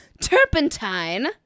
turpentine